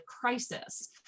crisis